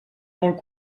molt